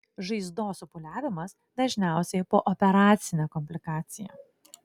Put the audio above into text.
žaizdos supūliavimas dažniausia pooperacinė komplikacija